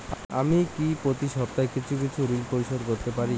আমি কি প্রতি সপ্তাহে কিছু কিছু করে ঋন পরিশোধ করতে পারি?